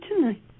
tonight